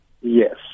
Yes